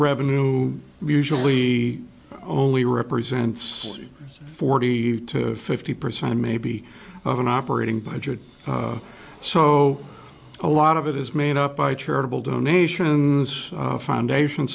revenue usually only represents forty to fifty percent and maybe of an operating budget so a lot of it is made up by charitable donations foundation